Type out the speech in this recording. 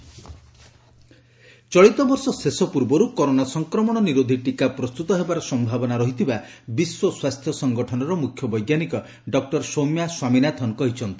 corona ଟୀକା ଚଳିତବର୍ଷ ଶେଷ ପୂର୍ବରୁ କରୋନା ସଂକ୍ରମଣ ନିରୋଧୀ ଟୀକା ପ୍ରସ୍ତୁତ ହେବାର ସମ୍ଭାବନା ରହିଥିବା ବିଶ୍ୱ ସ୍ୱାସ୍ଥ୍ୟ ସଂଗଠନର ମୁଖ୍ୟ ବୈଜ୍ଞାନିକ ଡକୁର ସୌମ୍ୟା ସ୍ୱାମୀନାଥନ୍ କହିଛନ୍ତି